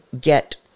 get